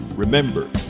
Remember